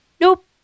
nope